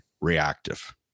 reactive